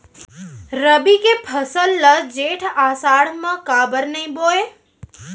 रबि के फसल ल जेठ आषाढ़ म काबर नही बोए?